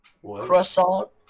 croissant